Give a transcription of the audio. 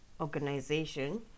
Organization